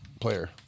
player